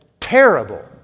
terrible